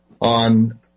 on